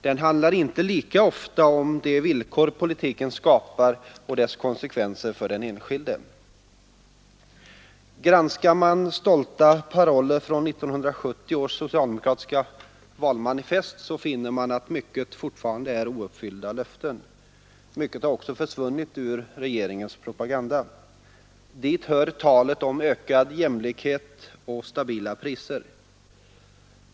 Den handlar inte lika ofta om de villkor politiken skapar och dess konsekvenser för den enskilde. Granskar man stolta paroller från 1970 års socialdemokratiska valmanifest finner man att mycket fortfarande är ouppfyllda löften. Mycket har också försvunnit ur regeringens propaganda. Dit hör talet om ökad jämlikhet och stabila priser.